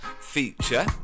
feature